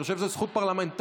ואני חושב שזאת זכות פרלמנטרית